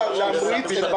להמריץ.